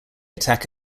attack